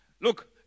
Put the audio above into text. look